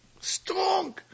Strong